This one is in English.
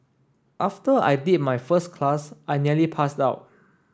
after I did my first class I nearly passed out